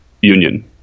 union